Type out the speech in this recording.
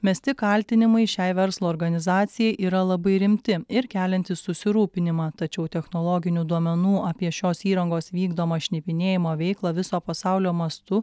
mesti kaltinimai šiai verslo organizacijai yra labai rimti ir keliantys susirūpinimą tačiau technologinių duomenų apie šios įrangos vykdomą šnipinėjimo veiklą viso pasaulio mastu